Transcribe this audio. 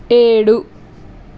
ఏడు